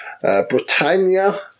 Britannia